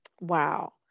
wow